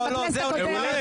אלא גם בכנסת הקודמת.